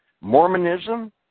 Mormonism